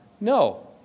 No